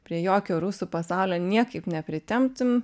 prie jokio rusų pasaulio niekaip nepritempsim